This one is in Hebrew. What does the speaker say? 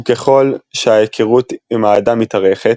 וככל שההיכרות עם האדם מתארכת,